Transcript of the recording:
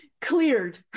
cleared